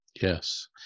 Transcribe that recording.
Yes